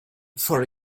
for